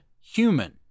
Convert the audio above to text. human